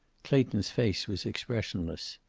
clayton's face was expressionless.